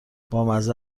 بامزه